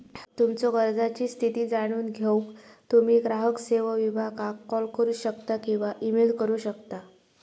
तुमच्यो कर्जाची स्थिती जाणून घेऊक तुम्ही ग्राहक सेवो विभागाक कॉल करू शकता किंवा ईमेल करू शकता